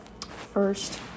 first